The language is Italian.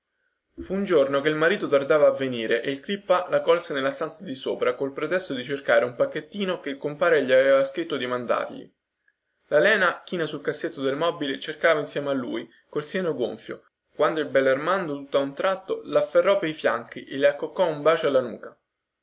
fu un giorno che il marito tardava a venire e il crippa la colse nella stanza di sopra col pretesto di cercare un pacchettino che il compare gli aveva scritto di mandargli la lena china sul cassetto del mobile cercava insieme a lui col seno gonfio quando il bellarmando tutta un tratto lafferrò per fianchi e le accoccò un bacio alla nuca